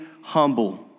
humble